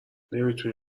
نمیتونی